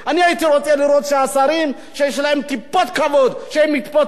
הייתי רוצה לראות שהשרים שיש להם טיפת כבוד יתפטרו,